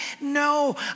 No